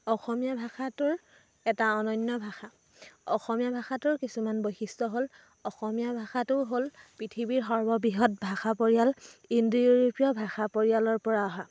অসমীয়া ভাষাটোৰ এটা অনন্য ভাষা অসমীয়া ভাষাটোৰ কিছুমান বৈশিষ্ট্য হ'ল অসমীয়া ভাষাটো হ'ল পৃথিৱীৰ সৰ্ববৃহৎ ভাষা পৰিয়াল ইণ্ডো ইউৰোপীয় ভাষা পৰিয়ালৰ পৰা অহা